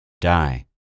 die